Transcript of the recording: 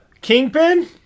Kingpin